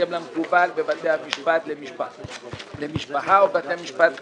בהתאם למקובל בבתי המשפט למשפחה או בבתי משפט שלום,